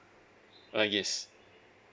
uh yes